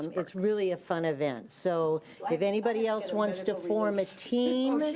it's really a fun event, so if anybody else wants to form a team,